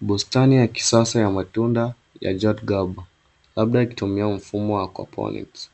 Bustani ya kisasa ya matunda ya jotgaba labda ya kitumia mfumu wa aquaponics